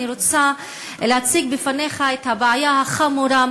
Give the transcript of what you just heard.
אני רוצה להציג בפניך את הבעיה החמורה,